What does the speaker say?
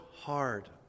hard